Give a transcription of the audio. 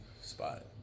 Spot